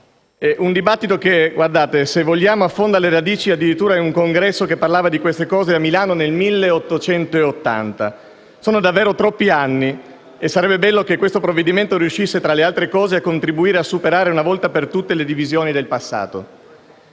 un dibattito che, se vogliamo, affonda le radici addirittura in un congresso che parlava di questi temi a Milano nel 1880. Sono davvero troppi anni e sarebbe bello che questo provvedimento riuscisse, tra le altre cose, a contribuire a superare una volta per tutte le divisioni del passato.